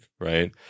right